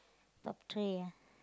portrait ah